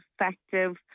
effective